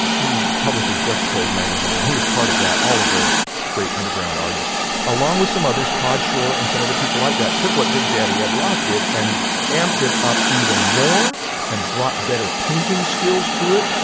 he publishes juxtapoz magazine and he was part of that all of those great underground artists along with some others todd shore and some other people like that took what big daddy ed roth and amped it up even more and brought better painting skills to it.